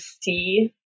see